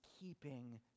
Keeping